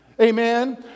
Amen